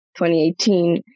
2018